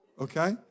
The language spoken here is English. Okay